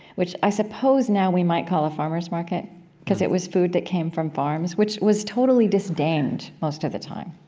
which i suppose now we might call a farmers' market because it was food that came from farms, which was totally disdained most of the time.